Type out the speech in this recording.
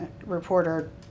reporter